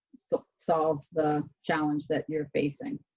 so solve the challenge that you're facing.